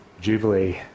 jubilee